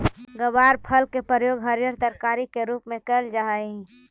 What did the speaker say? ग्वारफल के प्रयोग हरियर तरकारी के रूप में कयल जा हई